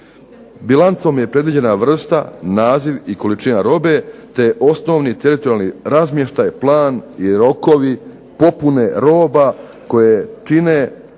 "Bilancom je predviđena vrsta, naziv i količina robe, te osnovni teritorijalni razmještaj, plan i rokovi popune robe koje čine